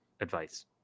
advice